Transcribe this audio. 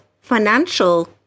financial